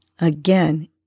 Again